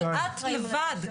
את לבד,